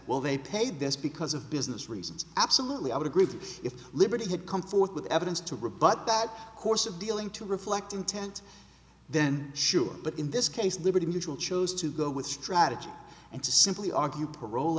well they paid this because of business reasons absolutely i would agree that if liberty had come forth with evidence to rebut that course of dealing to reflect intent then sure but in this case liberty mutual chose to go with strategy and to simply argue parol